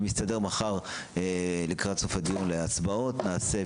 אם יסתדר מחר לקראת סוף הדיון להצבעות נעשה,